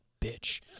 bitch